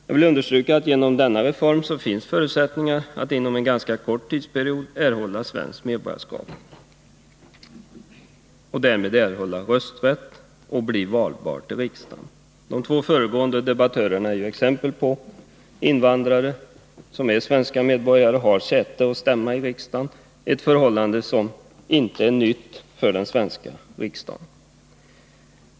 Jag vill understryka att det genom denna reform finns förutsättningar att inom en ganska kort tidsperiod erhålla svenskt medborgarskap, rösträtt och valbarhet till riksdagen. — De två föregående debattörerna är ju också exempel på att invandrare som är svenska medborgare har säte och stämma i riksdagen, ett förhållande som inte är nytt för den svenska riksdagen.